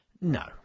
No